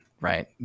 right